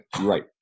right